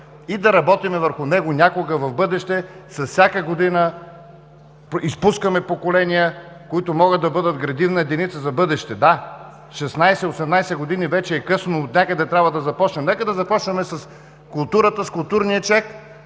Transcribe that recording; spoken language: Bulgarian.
и да работим върху него някога в бъдеще, с всяка година изпускаме поколения, които могат да бъдат градивна единица за в бъдеще. Да, 16,18 години вече е късно, а отнякъде трябва да започнем. Нека да започнем с културата, с „културния чек“,